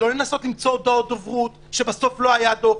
לא לנסות למצוא הודעות דוברות שבסוף לא היה דוח.